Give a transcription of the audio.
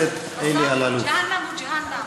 ג'הנם הוא ג'הנם.